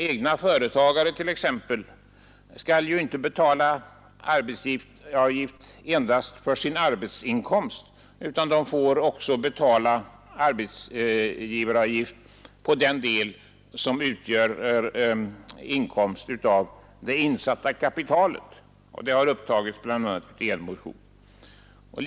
Egna företagare skall betala arbetsgivaravgift inte endast för sin arbetsinkomst utan också på den del som utgör inkomst av det insatta kapitalet. Detta har bl.a. berörts i en motion.